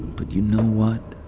but you know what?